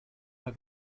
mal